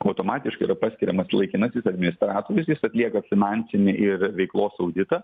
automatiškai vat paskiriamas laikinasis administratorius jis atlieka finansinį ir veiklos auditą